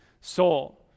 Soul